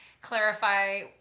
clarify